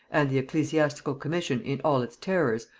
and the ecclesiastical commission in all its terrors,